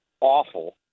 awful